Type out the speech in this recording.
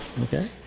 Okay